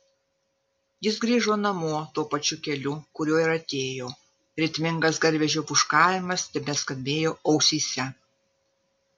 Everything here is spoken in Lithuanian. jis grįžo namo tuo pačiu keliu kuriuo ir atėjo ritmingas garvežio pūškavimas tebeskambėjo ausyse